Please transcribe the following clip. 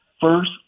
First